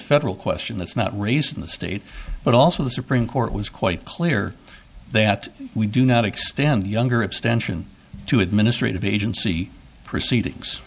federal question that's not raised in the state but also the supreme court was quite clear that we do not extend younger abstention to administrative agency proceedings